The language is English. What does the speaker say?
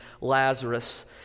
Lazarus